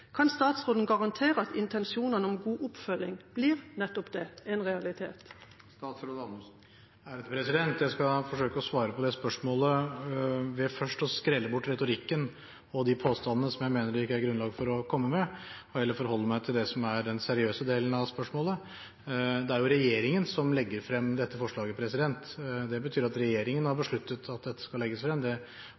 Kan statsråden garantere at intensjonene om god oppfølging blir nettopp det – en realitet? Jeg skal forsøke å svare på det spørsmålet ved først å skrelle bort retorikken og de påstandene som jeg mener det ikke er grunnlag for å komme med, og heller forholde meg til det som er den seriøse delen av spørsmålet. Det er jo regjeringen som legger frem dette forslaget. Det betyr at regjeringen har besluttet at dette skal legges frem.